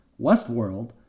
Westworld